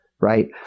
right